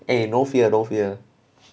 eh no fear no fear